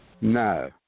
No